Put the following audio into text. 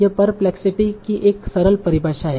यह परप्लेक्सिटी की एक सरल परिभाषा है